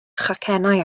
chacennau